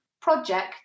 project